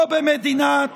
פה במדינת